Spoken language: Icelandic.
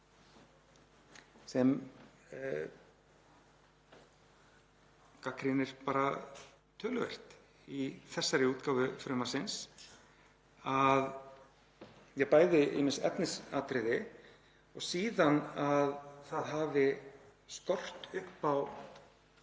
sem gagnrýnir bara töluvert í þessari útgáfu frumvarpsins, bæði ýmis efnisatriði og síðan að það hafi skort upp á